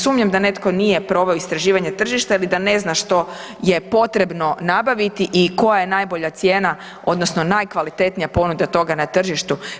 Sumnjam da netko nije proveo istraživanje tržišta ili da ne zna što je potrebno nabaviti i koja je najbolja cijena odnosno najkvalitetnija ponuda toga na tržištu.